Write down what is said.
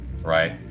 right